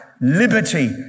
liberty